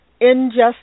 Injustice